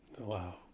wow